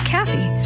Kathy